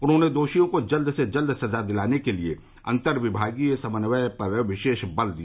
उन्होंने दोषियों को जल्द से जल्द सजा दिलाने के लिए अंतर विभागीय समन्वय पर विशेष बल दिया